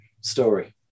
story